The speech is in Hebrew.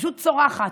פשוט צורחת,